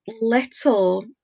little